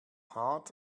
heart